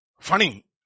Funny